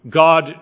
God